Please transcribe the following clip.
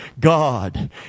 God